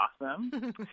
awesome